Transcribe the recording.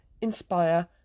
inspire